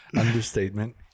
Understatement